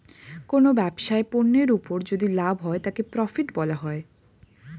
কোনো ব্যবসায় পণ্যের উপর যদি লাভ হয় তাকে প্রফিট বলা হয়